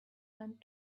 went